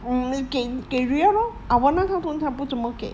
mm 有给给 ria lor awana 它通常不怎么给